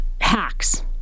hacks